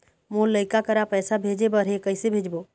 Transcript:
मोर लइका करा पैसा भेजें बर हे, कइसे भेजबो?